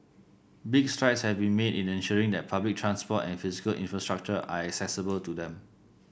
big strides have been made in ensuring that public transport and physical infrastructure are accessible to them